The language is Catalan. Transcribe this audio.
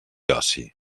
oci